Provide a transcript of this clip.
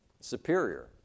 Superior